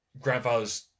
grandfather's